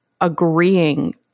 agreeing